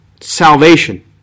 salvation